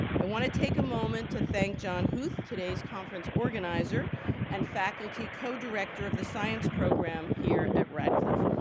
i want to take a moment to thank john huth, today's conference organizer and faculty co-director of the science program here at radcliffe.